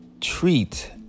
treat